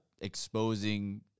exposing